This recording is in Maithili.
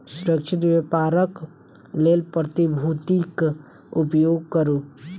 सुरक्षित व्यापारक लेल प्रतिभूतिक उपयोग करू